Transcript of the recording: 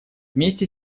вместе